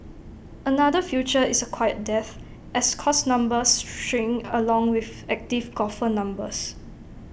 another future is A quiet death as course numbers shrink along with active golfer numbers